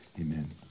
amen